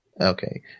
okay